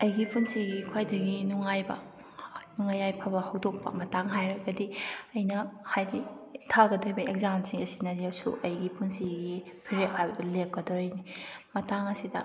ꯑꯩꯒꯤ ꯄꯨꯟꯁꯤꯒꯤ ꯈ꯭ꯋꯥꯏꯗꯒꯤ ꯅꯨꯡꯉꯥꯏꯕ ꯅꯨꯡꯉꯥꯏ ꯌꯥꯏꯐꯕ ꯍꯧꯗꯣꯛꯄ ꯃꯇꯥꯡ ꯍꯥꯏꯔꯒꯗꯤ ꯑꯩꯅ ꯍꯥꯏꯗꯤ ꯊꯥꯒꯗꯧꯔꯤ ꯑꯦꯛꯖꯥꯝꯁꯤꯡ ꯑꯁꯤꯅꯁꯨ ꯑꯩꯒꯤ ꯄꯨꯟꯁꯤꯒꯤ ꯐꯤꯔꯦꯞ ꯍꯥꯏꯕꯗꯨ ꯂꯦꯞꯀꯥꯗꯧꯔꯤꯅꯤ ꯃꯇꯥꯡ ꯑꯁꯤꯗ